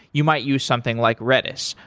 you might use something like redis,